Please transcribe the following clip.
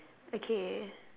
okay